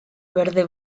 verde